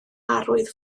arwydd